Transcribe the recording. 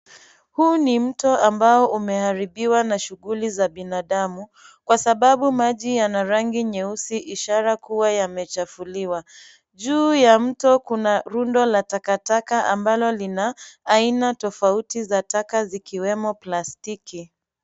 Huu ni mto ambao umeharibiwa na shughuli za binadamu ,kwa sababu maji yana rangi nyeusi ishara kuwa ,yamechafuliwa. Juu ya mto kuna rundo la takataka ambalo lina aina tofauti za taka, zikiwemo plastiki.